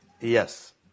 yes